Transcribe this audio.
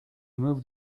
moved